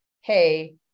Hey